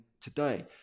today